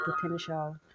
potential